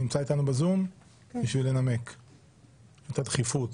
לנמק את הדחיפות.